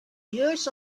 years